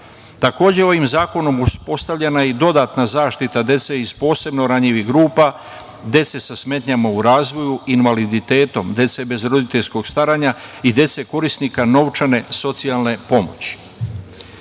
Takođe, ovim zakonom uspostavljena je i dodatna zaštita dece iz posebno ranjivih grupa, dece sa smetnjama u razvoju, invaliditetom, dece bez roditeljskog staranja i dece korisnika novčane socijalne pomoći. Ovim